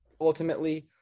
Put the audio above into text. ultimately